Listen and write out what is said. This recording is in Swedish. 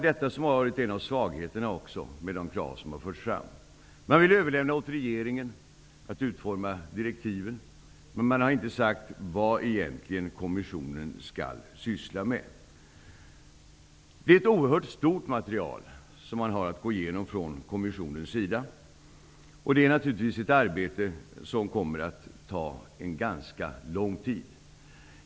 Detta är en av svagheterna med de krav som har förts fram. Man vill överlämna åt regeringen att utforma direktiven, men man har inte sagt vad kommissionen egentligen skall syssla med. Det är ett oerhört stort material som kommissionen har att gå igenom, och det är naturligtvis ett arbete som kommer att ta ganska lång tid.